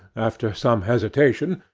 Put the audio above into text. after some hesitation,